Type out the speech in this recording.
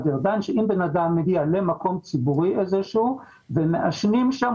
ארדן לפיו אם בן אדם מגיע למקום ציבורי ומעשנים שם,